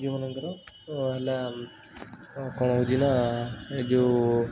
ଯେଉଁମାନଙ୍କର ହେଲା ଅଁ କ'ଣ ହେଉଛି ନା ଏ ଯେଉଁ